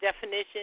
definition